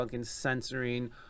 censoring